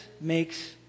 makes